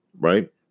Right